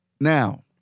now